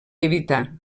evitar